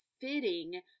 fitting